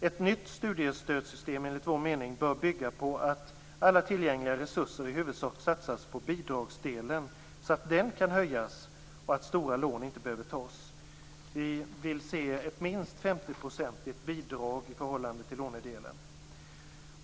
Ett nytt studiestödssystem bör, enligt vår mening, bygga på att alla tillgängliga resurser i huvudsak satsas på bidragsdelen så att den kan höjas och stora lån inte behöver tas. Vi vill se ett minst 50-procentigt bidrag i förhållande till lånedelen.